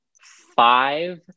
five